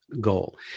goal